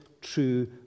true